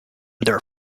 their